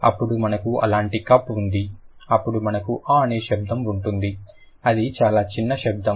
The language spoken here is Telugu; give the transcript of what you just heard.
అప్పుడు మనకు అలాంటి కప్ ఉంది అప్పుడు మనకు అ అనే శబ్దం ఉంటుంది ఇది చాలా చిన్న శబ్దం